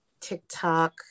tiktok